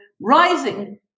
rising